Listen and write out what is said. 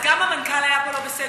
אז גם המנכ"ל היה פה לא בסדר.